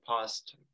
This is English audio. past